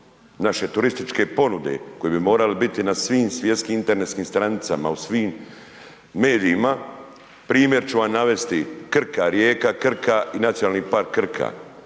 naše turističke ponude koja bi morala biti na svim svjetskim internetskim stranicama, u svim medijima, primjer čuvam navesti Krka rijeka i NP Krka.